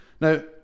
Now